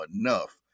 enough